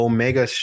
Omega